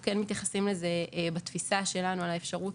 אנחנו כן מתייחסים לזה בתפיסה שלנו על האפשרות